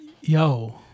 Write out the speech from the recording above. Yo